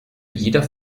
jeder